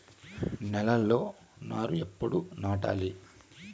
నేలలో నారు ఎప్పుడు నాటాలి?